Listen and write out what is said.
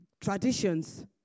traditions